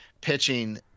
Pitching